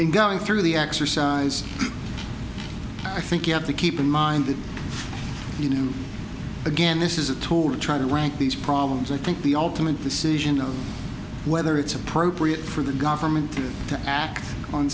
n going through the exercise i think you have to keep in mind that you know again this is a tool to try to rank these problems i think the ultimate decision of whether it's appropriate for the government to act on